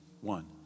One